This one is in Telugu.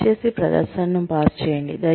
దయచేసి ప్రదర్శనను పాజ్ చేయండి